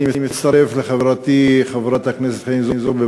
אני מצטרף לחברתי חברת הכנסת חנין זועבי